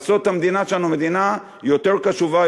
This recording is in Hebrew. לעשות את המדינה שלנו מדינה יותר קשובה,